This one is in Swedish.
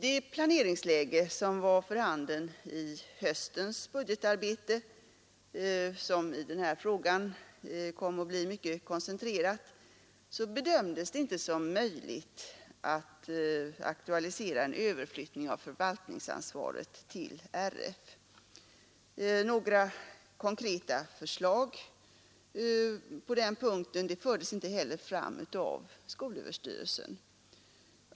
I det planeringsläge som var för handen under höstens budgetarbete, som i den här frågan kom att bli mycket koncentrerat, bedömdes det inte som möjligt att aktualisera en överflyttning av förvaltningsansvaret till Riksidrottsförbundet. Några konkreta förslag på den punkten fördes inte heller fram av skolöverstyrelsen.